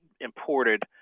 imported